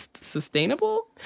sustainable